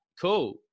cool